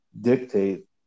dictate